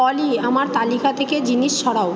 অলি আমার তালিকা থেকে জিনিস সরাও